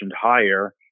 higher